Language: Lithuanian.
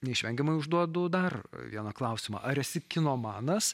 neišvengiamai užduodu dar vieną klausimą ar esi kinomanas